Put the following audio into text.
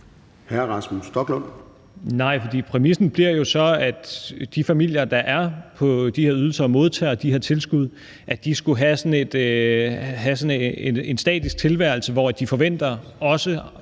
13:58 Rasmus Stoklund (S): Nej, for præmissen bliver jo så, at de familier, der er på de her ydelser og modtager de her tilskud, skulle have sådan en statisk tilværelse, hvor de pr.